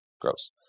Gross